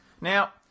Now